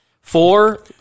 Four